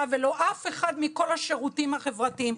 ולא אף אחד מכל השירותים החברתיים.